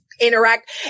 interact